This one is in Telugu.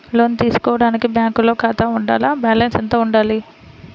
లోను తీసుకోవడానికి బ్యాంకులో ఖాతా ఉండాల? బాలన్స్ ఎంత వుండాలి?